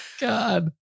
God